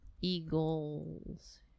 Eagles